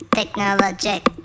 Technologic